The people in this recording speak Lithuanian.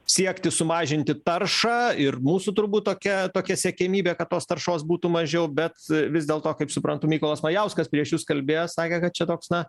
siekti sumažinti taršą ir mūsų turbūt tokia tokia siekiamybė kad tos taršos būtų mažiau bet vis dėlto kaip suprantu mykolas majauskas prieš jus kalbėjęs sakė kad čia toks na